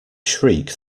shriek